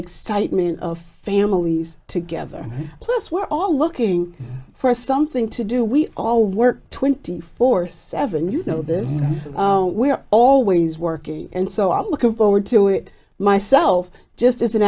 excitement of families together plus we're all looking for something to do we all work twenty four seven you know this is we're always working and so i'm looking forward to it myself just as an